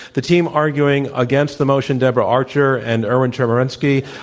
the team arguing against the motion, deborah archer and erwin chemerinsky,